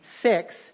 six